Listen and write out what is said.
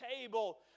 table